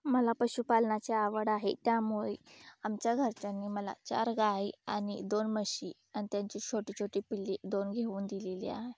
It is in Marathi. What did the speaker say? मला पशुपालनाची आवड आहे त्यामुळे आमच्या घरच्यांनी मला चार गाई आणि दोन म्हशी आणि त्यांची छोटीछोटी पिल्ली दोन घेऊन दिलेली आहे